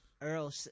Earl